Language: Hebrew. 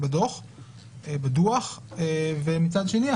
ומצד שני,